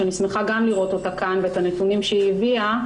שאני שמחה לראות אותה כאן ואת הנתונים שהיא הביאה,